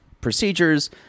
procedures